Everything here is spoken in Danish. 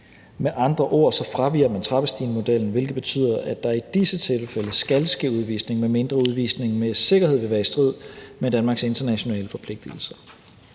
Med andre ord fraviger man trappestigemodellen, hvilket betyder, at der i disse tilfælde skal ske udvisning, medmindre udvisningen med sikkerhed vil være i strid med Danmarks internationale forpligtelser.